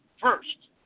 first